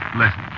listen